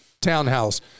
townhouse